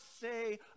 say